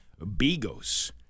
bigos